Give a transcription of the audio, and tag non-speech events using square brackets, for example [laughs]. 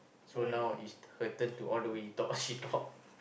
so now it's her turn to all the way talk she talk [laughs]